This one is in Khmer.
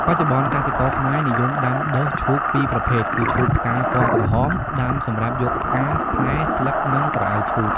បច្ចុប្បន្ន កសិករខ្មែរនិយមដាំដុះឈូក២ប្រភេទគឺឈូកផ្កាពណ៌ក្រហម ដាំសម្រាប់យកផ្កា ផ្លែ ស្លឹក និងក្រអៅឈូក ។